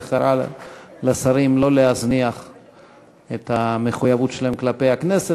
והוא קרא לשרים לא להזניח את המחויבות שלהם כלפי הכנסת.